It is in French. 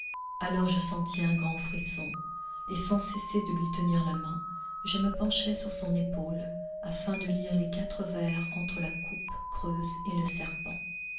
alors je sentis un grand frisson et sans cesser de lui tenir la main je me penchai sur son épaule afin de lire les quatre vers entre la coupe creuse et le serpent